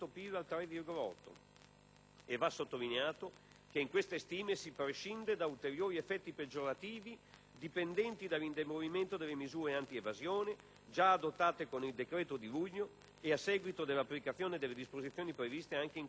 Va sottolineato che in queste stime si prescinde da ulteriori effetti peggiorativi dipendenti dall'indebolimento delle misure antievasione, già adottate con il decreto di luglio e a seguito dell'applicazione delle disposizioni previste anche in questo decreto anticrisi.